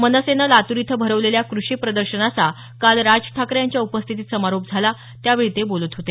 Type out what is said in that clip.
मनसेनं लातूर इथं भरवलेल्या कृषी प्रदर्शनाचा काल राज ठाकरे यांच्या उपस्थितीत समारोप झाला त्यावेळी ते बोलत होते